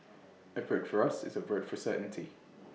A vote for us is A vote for certainty